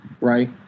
Right